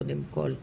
קודם כל.